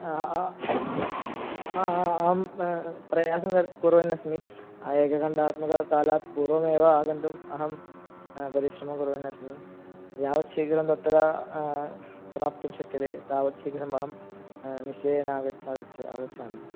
अहं प्रयासं कुर्वन्नस्मि एकघण्टात्मककालात् पूर्वमेव आगन्तुम् अहं परिश्रमं कुर्वन्नस्मि यावत् शीघ्रं तत्र प्राप्तुं शक्यते तावत् शीघ्रम् अहं निश्चयेन आग आग आगच्छामि